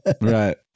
right